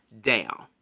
down